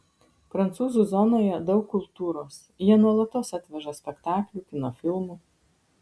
prancūzų zonoje daug kultūros jie nuolatos atveža spektaklių kino filmų